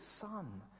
Son